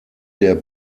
der